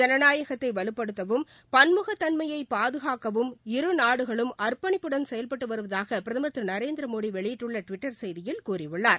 ஜனநாயகத்தை வலுப்படுத்தவும் பன்முகத் தன்மையை பாதுஙக்கவும் இரு நாடுகளும் அர்ப்பணிப்புடன் செயல்பட்டு வருவதாக பிரதமர் திரு நரேந்திரமோடி வெளியிட்டுள்ள டுவிட்டர் செய்தியில் கூறியுள்ளார்